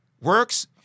works